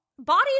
Bodies